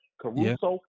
Caruso